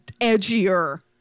edgier